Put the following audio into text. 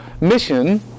mission